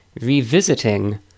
revisiting